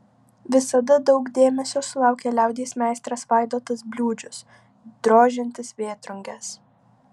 visada daug dėmesio sulaukia liaudies meistras vaidotas bliūdžius drožiantis vėtrunges